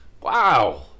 Wow